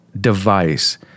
device